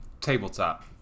tabletop